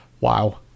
wow